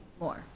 More